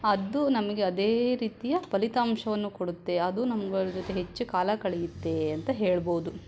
ಅದು ನಮಗೆ ಅದೇ ರೀತಿಯ ಫಲಿತಾಂಶವನ್ನು ಕೊಡುತ್ತೆ ಅದು ನಮ್ಮಗಳ ಜೊತೆ ಹೆಚ್ಚು ಕಾಲ ಕಳೆಯುತ್ತೆ ಅಂತ ಹೇಳ್ಬೌದು